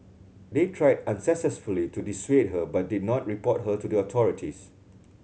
they tried unsuccessfully to dissuade her but did not report her to the authorities